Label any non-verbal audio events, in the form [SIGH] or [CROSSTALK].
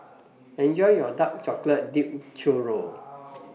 [NOISE] Enjoy your Dark Chocolate Dipped Churro